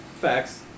Facts